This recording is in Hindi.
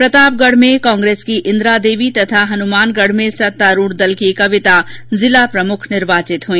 प्रतापगढ़ में कांग्रेस की इंद्रा देवी तथा हनुमानगढ़ में सत्तारूढ़ दल की कविता जिला प्रमुख निर्वाचित हुई